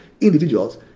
individuals